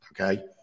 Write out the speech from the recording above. Okay